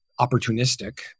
opportunistic